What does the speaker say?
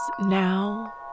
now